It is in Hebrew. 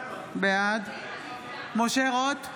בעד משה רוט,